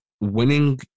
winning